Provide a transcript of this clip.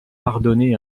pardonnez